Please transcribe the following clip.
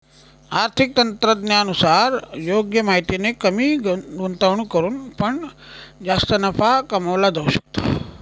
आर्थिक तज्ञांनुसार योग्य माहितीने कमी गुंतवणूक करून पण जास्त नफा कमवला जाऊ शकतो